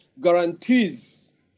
guarantees